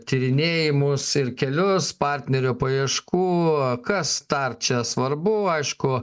tyrinėjimus ir kelius partnerio paieškų kas dar čia svarbu aišku